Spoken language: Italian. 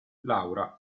laura